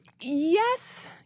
Yes